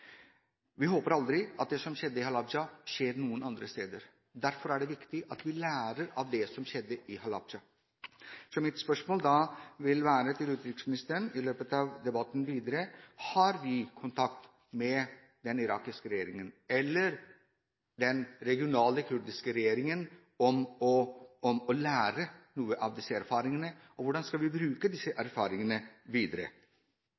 Vi håper at det som skjedde i Halabja, aldri skjer noen andre steder. Derfor er det viktig at vi lærer av det som skjedde i Halabja. Mitt spørsmål til utenriksministeren i denne debatten vil da være: Har vi kontakt med den irakiske regjeringen eller den regionale kurdiske regjeringen for å lære noe av disse erfaringene? Hvordan skal vi bruke disse erfaringene videre?